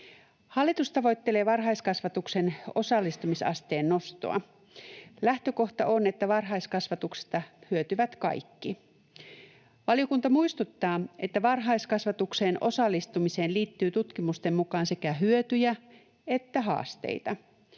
Hallitus tavoittelee varhaiskasvatuksen osallistumisasteen nostoa. Lähtökohta on, että varhaiskasvatuksesta hyötyvät kaikki. Valiokunta muistuttaa, että varhaiskasvatukseen osallistumiseen liittyy tutkimusten mukaan sekä hyötyjä että haasteita,